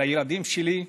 לילדים שלי,